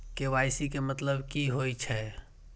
KYC के मतलब की होई छै?